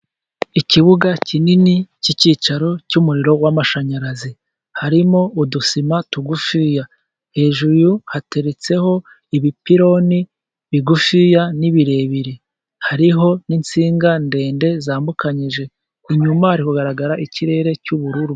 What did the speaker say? Ikibuga kinini cy'icyicaro cy'umuriro w'amashanyarazi, harimo udusima tugufiya hejuru hateretseho ibipironi bigufiya n'ibirebire, hariho n'insinga ndende zambukanyije, inyuma hari kugaragara ikirere cy'ubururu.